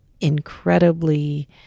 incredibly